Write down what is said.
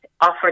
offer